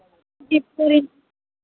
किस तरह